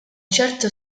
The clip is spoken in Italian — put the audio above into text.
certa